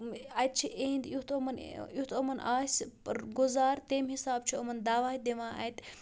اَتہِ چھِ یِہِنٛدۍ یُتھ یِمَن یُتھ یِمَن آسہِ پٔر گُزار تَمہِ حِساب چھُ یِمَن دَوا دِوان اَتہِ